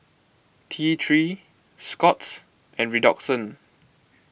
T three Scott's and Redoxon